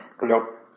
nope